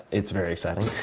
it's very exciting.